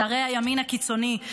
שרי הימין הקיצוני,